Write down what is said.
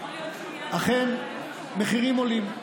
אכן, המחירים עולים,